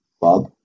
Bob